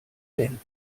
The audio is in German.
denn